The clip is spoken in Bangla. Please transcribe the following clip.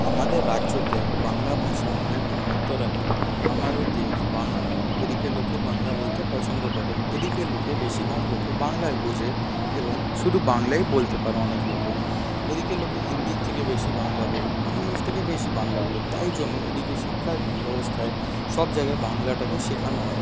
আমাদের রাজ্যতে বাংলা ভাষা অনেকটা মাহাত্ম্য রাখে আমাদের দেশ বাঙাল এদিকের লোকে বাংলা বলতে পছন্দ করে এদিকে লোকে বেশিরভাগ লোকে বাংলাই বোঝে এবং শুধু বাংলাই বলতে পারে অনেক লোকে এদিকে লোকে হিন্দির থেকে বেশি বাংলা বলে ইংলিশ থেকে বেশি বাংলা বলে তাই জন্যে এদিকে শিক্ষা ব্যবস্থায় সব জায়গায় বাংলাটাকে শেখানো হয়